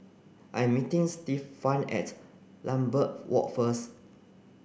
I am meeting Stefan at Lambeth Walk first